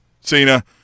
Cena